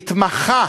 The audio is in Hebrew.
התמחה